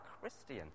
Christian